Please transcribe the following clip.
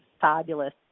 fabulous